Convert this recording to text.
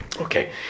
Okay